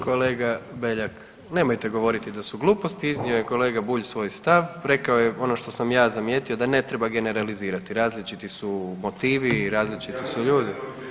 Kolega Beljak nemojte govoriti da su gluposti, iznio je kolega Bulj svoj stav, rekao je ono što sam ja zamijetio da ne treba generalizirati, različiti su motivi, različiti su ljudi.